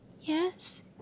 Yes